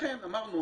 ולכן אמרנו